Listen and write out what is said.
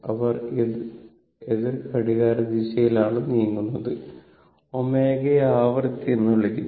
അവർ എതിർ ഘടികാരദിശയിൽ ആണ് നീങ്ങുന്നത് ω യെ ആവൃത്തി എന്ന് വിളിക്കുന്നു